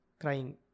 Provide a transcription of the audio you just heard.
crying